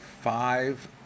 five